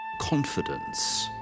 Confidence